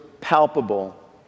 palpable